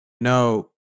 no